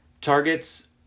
targets